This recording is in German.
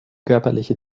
körperliche